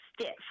stiff